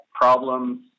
problems